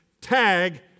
tag